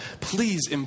Please